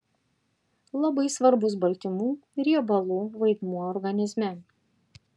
labai svarbus baltymų riebalų vaidmuo organizme